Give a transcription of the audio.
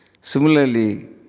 Similarly